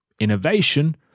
innovation